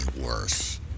worse